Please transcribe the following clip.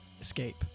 escape